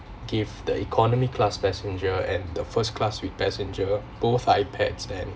give the economy class passenger and the first-class suite passenger both ipads and